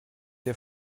der